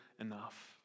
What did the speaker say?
enough